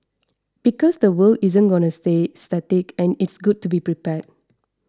because the world isn't gonna stay static and it's good to be prepared